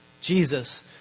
Jesus